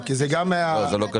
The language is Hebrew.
זה לא קשור.